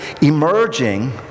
emerging